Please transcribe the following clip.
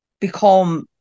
become